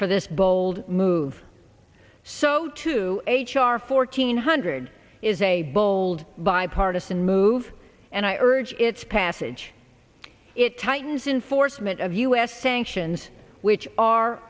for this bold move so to h r fourteen hundred is a bold bipartisan move and i urge its passage it tightens enforcement of u s sanctions which are